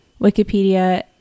Wikipedia